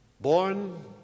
Born